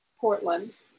Portland